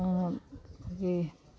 ꯑꯩꯈꯣꯏꯒꯤ